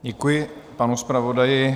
Děkuji panu zpravodaji.